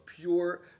pure